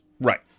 right